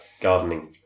gardening